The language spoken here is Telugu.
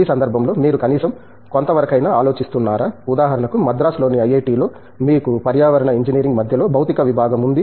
ఈ సందర్భంలో మీరు కనీసం కొంతవరకైనా ఆలోచిస్తున్నారా ఉదాహరణకు మద్రాసులోని ఐఐటిలో మీకు పర్యావరణ ఇంజనీరింగ్ మధ్యలో భౌతిక విభాగం ఉంది